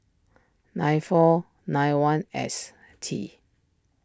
nine four nine one S T